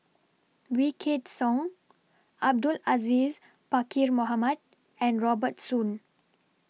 Wykidd Song Abdul Aziz Pakkeer Mohamed and Robert Soon